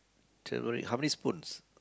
tumeric how many spoons